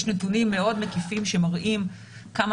יש נתונים מאוד מקיפים שמראים כמה